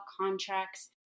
contracts